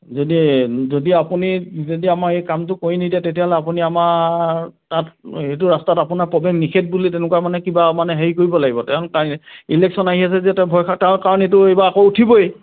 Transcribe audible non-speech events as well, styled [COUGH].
যদি যদি আপুনি যদি আমাৰ এই কামটো কৰি নিদিয়ে তেতিয়াহ'লে আপুনি আমাৰ তাত এইটো ৰাস্তাত আপোনাৰ প্ৰৱেশ নিষেধ বুলি তেনেকুৱা মানে কিবা মানে হেৰি কৰিব লাগিব [UNINTELLIGIBLE] ইলেকশ্যন আহি আছে যে তেওঁ ভয় [UNINTELLIGIBLE] তাৰ কাৰণ এইটো এইবাৰ আকৌ উঠিবই